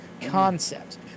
concept